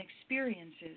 experiences